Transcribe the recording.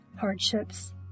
Hardships